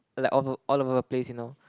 like all all over the place you know